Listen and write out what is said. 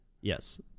Yes